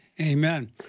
Amen